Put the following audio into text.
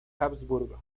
habsburgo